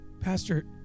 Pastor